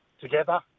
together